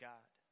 God